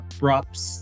props